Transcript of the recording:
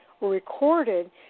Recorded